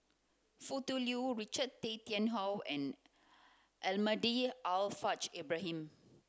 Foo Tui Liew Richard Tay Tian Hoe and Almahdi Al Haj Ibrahim